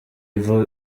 iva